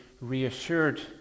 reassured